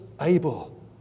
able